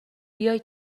بیای